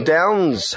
Downs